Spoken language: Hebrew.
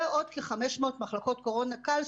ועוד כ-500 מחלקות קורונה קל,